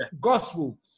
Gospel